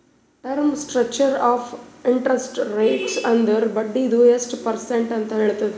term structure of interest rates ಅಂದುರ್ ಬಡ್ಡಿದು ಎಸ್ಟ್ ಪರ್ಸೆಂಟ್ ಅಂತ್ ಹೇಳ್ತುದ್